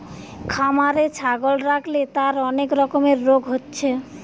খামারে ছাগল রাখলে তার অনেক রকমের রোগ হচ্ছে